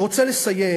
אני רוצה לסיים